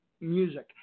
music